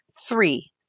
Three